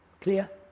Clear